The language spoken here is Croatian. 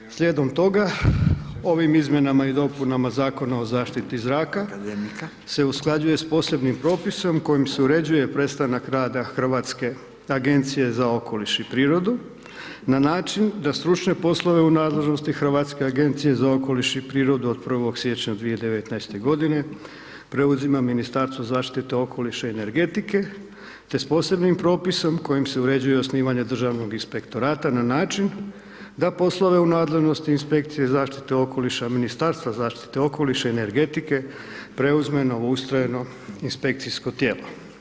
Dakle slijedom toga, ovim izmjenama i dopunama Zakona o zaštititi zraka se usklađuje s posebnim propisom kojim se uređuje prestanak rada Hrvatske agencije za okoliš i prirodu na način da stručne poslove u nadležnosti Hrvatske agencije za okoliš i prirodu od 1. siječnja 2019. preuzima Ministarstvo zaštite okoliša i energetike te s posebnim propisom kojim se uređuje i osnivanje Državnog inspektorata na način da poslove u nadležnosti inspekcije zaštite okoliša Ministarstva zaštite okoliša i energetike preuzme novoustrojeno inspekcijsko tijelo.